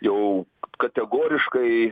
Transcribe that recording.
jau kategoriškai